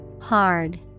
Hard